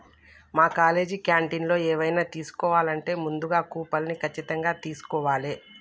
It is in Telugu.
మా కాలేజీ క్యాంటీన్లో ఎవైనా తీసుకోవాలంటే ముందుగా కూపన్ని ఖచ్చితంగా తీస్కోవాలే